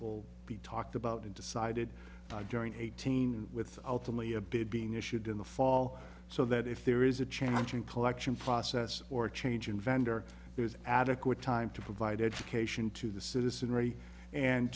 will be talked about and decided during eighteen with ultimately a bid being issued in the fall so that if there is a changing collection process or a change in vendor there's adequate time to provide education to the citizenry and